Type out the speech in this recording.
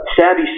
Savvy